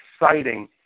exciting